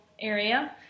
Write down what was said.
area